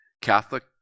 Catholic